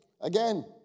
Again